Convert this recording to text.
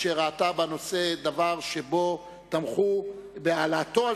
אשר ראתה בנושא דבר שתמכו בהעלאתו על